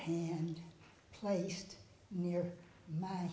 hand placed near my